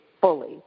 fully